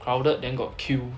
crowded then got queue